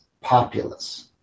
populace